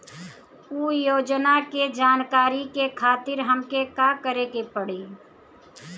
उ योजना के जानकारी के खातिर हमके का करे के पड़ी?